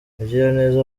mugiraneza